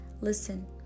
listen